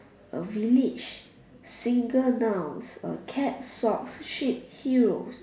a village single nouns a cat socks sheep heels